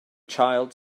child